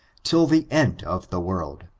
till the end of the world.